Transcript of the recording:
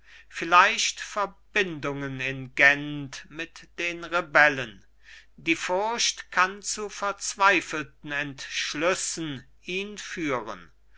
vielleicht verbindungen in gent mit den rebellen die furcht kann zu verzweifelten entschlüssen ihn führen